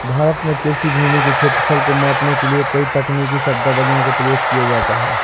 भारत में कृषि भूमि के क्षेत्रफल को मापने के लिए कई तकनीकी शब्दावलियों का प्रयोग किया जाता है